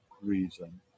reason